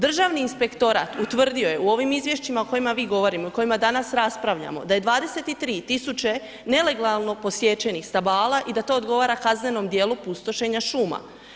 Državni inspektorat utvrdio je u ovim izvješćima o kojima mi govorimo, o kojima danas raspravljamo, da je 23000 nelegalno posječenih stabala i da to odgovara kaznenom dijelu pustošenja šuma.